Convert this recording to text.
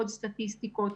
עוד סטטיסטיקות.